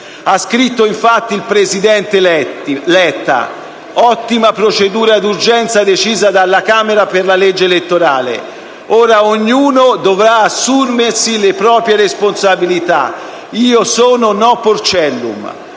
Ha scritto infatti il presidente Letta: «Ottima procedura d'urgenza decisa alla Camera per la legge elettorale. Ora ognuno dovrà assumersi le proprie responsabilità. Io sono no porcellum».